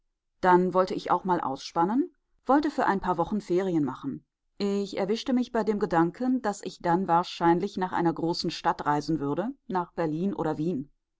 dann wollte ich auch mal ausspannen wollte für ein paar wochen ferien machen ich erwischte mich bei dem gedanken daß ich dann wahrscheinlich nach einer großen stadt reisen würde nach berlin oder wien